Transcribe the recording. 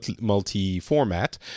multi-format